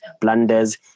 blunders